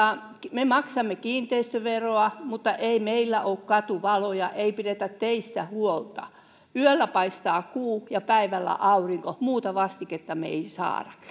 me maksamme kiinteistöveroa mutta ei meillä ole katuvaloja ei pidetä teistä huolta yöllä paistaa kuu ja päivällä aurinko muuta vastiketta me emme saa